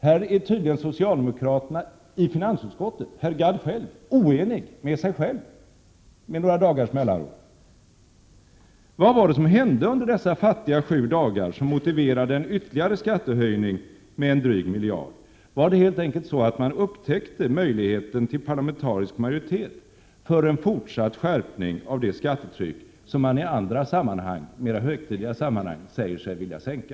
Här är tydligen socialdemokraterna i finansutskottet, inkl. herr Gadd, oeniga med sig själva, med några dagars mellanrum. Vad var det som hände under dessa fattiga sju dagar som motiverade en ytterligare skattehöjning med en dryg miljard? Var det helt enkelt så att man upptäckte möjligheten till parlamentarisk majoritet för en fortsatt skärpning av det skattetryck som man i mera högtidliga sammanhang säger sig vilja sänka?